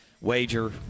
Wager